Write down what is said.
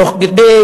תוך כדי